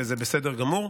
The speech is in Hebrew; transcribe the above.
וזה בסדר גמור,